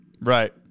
Right